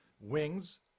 Wings